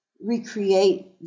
recreate